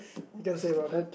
didn't think about that